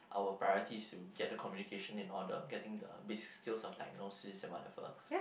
our priority is to get the communication in order getting the basic skills of diagnosis and whatever